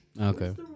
Okay